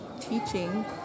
teaching